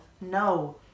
No